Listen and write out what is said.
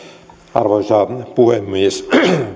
arvoisa puhemies